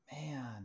Man